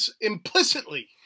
Implicitly